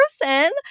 person